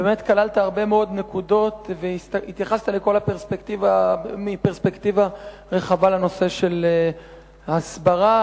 באמת כללת הרבה מאוד נקודות והתייחסת לכל הנושא של ההסברה,